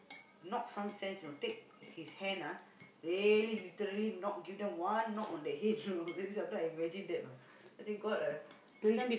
knock some sense you know take his hand ah really literally knock give them one knock on their head you know really sometimes I imagine that you know I say God ah please